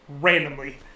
randomly